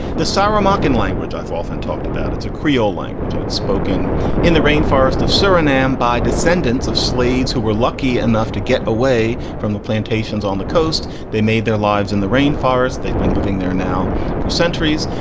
the sahra mocking language i've often talked about. it's a creole language and it's spoken in the rainforest of surinam by descendants of slaves who were lucky enough to get away from the plantations on the coast. they made their lives in the rainforest. they've been living there now for centuries.